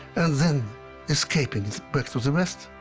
and then escaping back to the west,